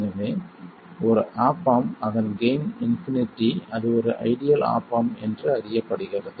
எனவே ஒரு op amp அதன் கெய்ன் இன்பினிட்டி அது ஒரு ஐடியல் ஆப் ஆம்ப் என்று அறியப்படுகிறது